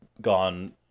gone